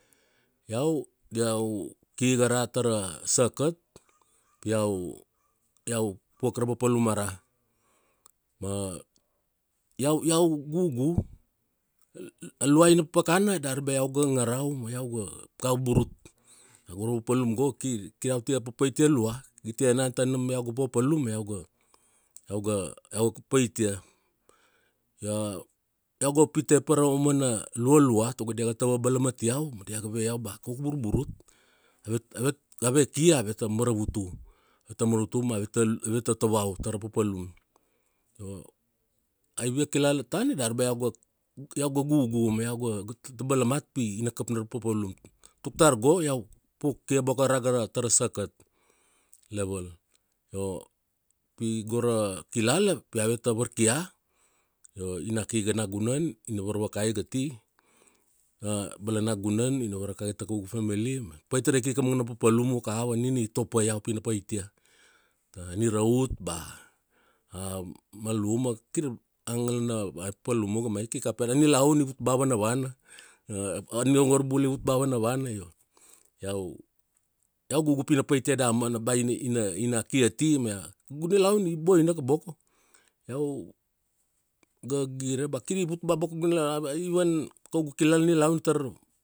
Iau, iau ki ga ara tara sakat, iau, iau puak ra papalum ara. Ma, iau, iau gugu. A lauaina pakana dari bea iau ga ngarau ma iau ga, ga burut. Ba go ra papalum go kir, kir iau te papaitia laua. I tie enana tanam iau ga papalum ma iau ga, iau ga, iau ga, paitia. Iau ga pite pa ra umana lualua tago dia ga tata vabalamat iau ma dia ga ve iau bea koko u burburut avet, avet, ave ki aveta maravut u. Aveta maravut u ma aveta, aveta tovao tara papalum. Io aivia kilala tana dar ba iau ga, iau ga gugu ma iau ga balamat pi ina kap na ra papalum tuk tar go iau puakia boko ara tara, tara sakat leval. Pi go ra kilala, pi aveta varkia, io ina kiga nagunan, ina varvakai ga a ti ra balanagunan, ina varvakai ta kaugu femeli ma pait ra ikika papalum muka ava nina i topa iau pi na pait ia. A niraut ba a mal uma. Kir a ngala papalum uga ma ikika pede. A nilaun i vut ba vanavana. A niongor bula i vut ba vanavana io, iau gugu pi na paitia damana bea ina ina ki ati mea, kaugu nilaun i boina koboko, iau ga gire bea kiri vut ba boko. Iau ga gire ba kir i vut ba boko gala i van, kaugu kilala na nilaun i tar.